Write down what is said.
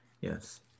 yes